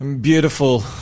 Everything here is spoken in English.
beautiful